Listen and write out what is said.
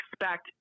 expect